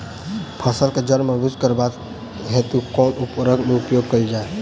फसल केँ जड़ मजबूत करबाक हेतु कुन उर्वरक केँ प्रयोग कैल जाय?